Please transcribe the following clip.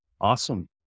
Awesome